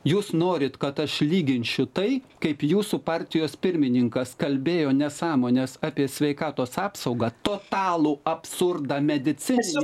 jūs norit kad aš lyginčiu tai kaip jūsų partijos pirmininkas kalbėjo nesąmones apie sveikatos apsaugą totalų absurdą mediciną